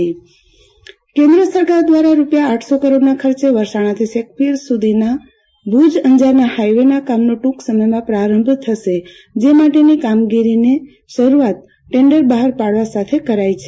આરતી ભદ્દ માર્ગોનું ખાતમુર્ફત કેન્દ્ર સરકાર દ્વારા રૂપિયા આઠસો કરોડના ખર્ચે વરસાણાથી શેખપીર સુધીના ભુજ અંજારના હાઈવે ના કામોનો ટૂંક સમયમાં પરમભ થશે જે માટેની કામગીરીની શરૂઆત ટેન્ડર બહાર પાડવા સાથે કરી છે